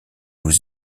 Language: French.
aux